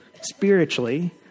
spiritually